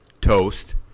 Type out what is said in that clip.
toast